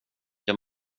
jag